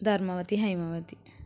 Dharmavati Haimavathi